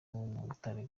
umutare